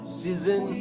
season